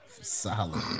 Solid